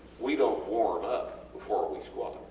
we dont warm up before we squat.